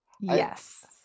Yes